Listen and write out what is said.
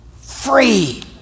free